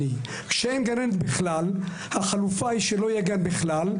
כשאין גננת בכלל, החלופה היא שלא יהיה גן בכלל.